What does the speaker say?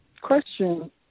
Question